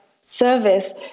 service